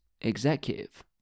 executive